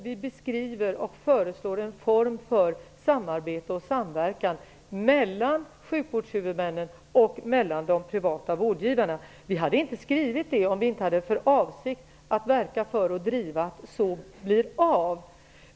Vi beskriver och föreslår en form för samarbete och samverkan mellan sjukvårdshuvudmännen och de privata vårdgivarna. Vi hade inte skrivit detta om vi inte hade för avsikt att verka för och driva att så blir fallet.